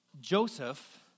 Joseph